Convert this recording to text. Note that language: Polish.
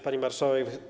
Pani Marszałek!